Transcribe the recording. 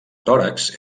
tòrax